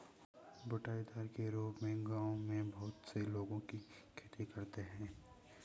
बँटाईदार के रूप में गाँवों में बहुत से लोगों की खेती करते हैं